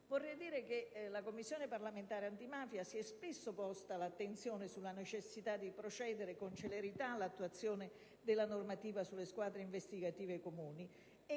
legislatura. La Commissione parlamentare antimafia ha spesso posto l'attenzione sulla necessità di procedere con celerità all'attuazione della normativa sulle squadre investigative comuni: